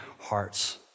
hearts